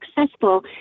successful